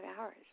hours